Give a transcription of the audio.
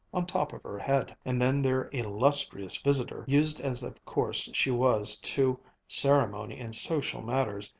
on top of her head. and then their illustrious visitor, used as of course she was to ceremony in social matters,